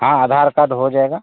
हाँ आधार कार्ड हो जाएगा